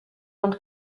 und